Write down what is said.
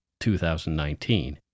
2019